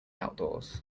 outdoors